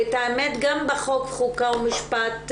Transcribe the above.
ואת האמת גם בחוק חוקה ומשפט,